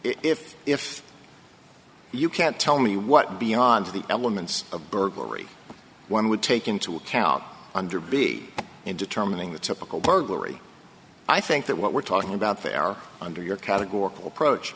if if you can't tell me what beyond the elements of burglary one would take into account under b in determining the typical burglary i think that what we're talking about there are under your categorical approach